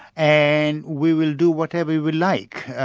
and we will do whatever we we like,